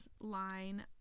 line